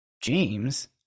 James